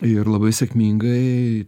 ir labai sėkmingai